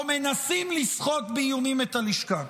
או מנסים לסחוט באיומים את הלשכה.